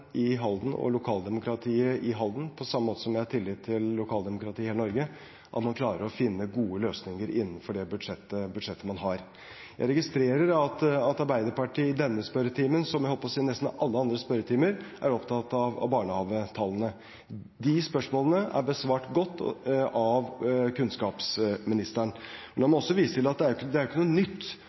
i Halden og lokaldemokratiet i Halden – på samme måte som jeg har tillit til at lokaldemokratiet i hele Norge – klarer å finne gode løsninger innenfor det budsjettet man har. Jeg registrerer at Arbeiderpartiet i denne spørretimen – jeg holdt på å si som i nesten alle andre spørretimer – er opptatt av barnehagetallene. De spørsmålene er besvart godt av kunnskapsministeren. La meg også vise til at det ikke er noe nytt at det er